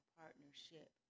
partnership